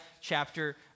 chapter